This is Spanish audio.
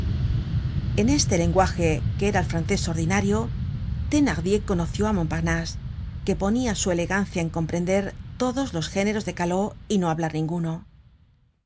en este lenguaje que era el francés ordinario thenardier conoció á montparnase que ponia su elegancia en comprender todos los géneros de caló y no hablar ninguno